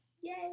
Yay